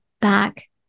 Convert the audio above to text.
back